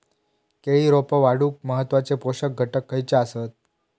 केळी रोपा वाढूक महत्वाचे पोषक घटक खयचे आसत?